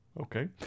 Okay